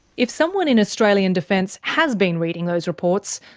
if someone in australian defence has been reading those reports,